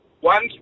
one